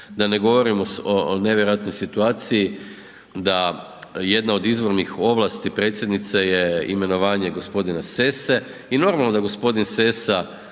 Da ne govorim o nevjerojatnoj situaciji da jedna od izvornih ovlasti predsjednice je imenovanje g. Sesse i normalno da g. Sessa